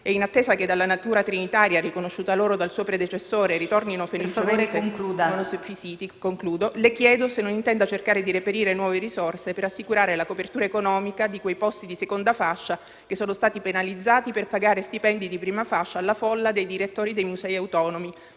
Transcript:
e in attesa che dalla natura trinitaria riconosciuta loro dal suo predecessore ritornino felicemente "monofisiti", le chiedo se non intenda cercare di reperire nuove risorse per assicurare la copertura economica di quei posti di seconda fascia che sono stati penalizzati per pagare stipendi di prima fascia alla folla dei direttori dei musei autonomi,